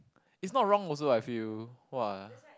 it's not wrong also I feel !wah!